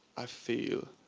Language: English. i feel.